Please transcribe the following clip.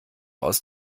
aus